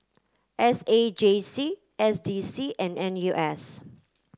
S A J C S D C and N U S